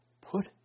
Put